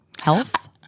Health